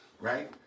right